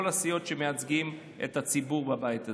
הסיעות שמייצגות את הציבור בבית הזה.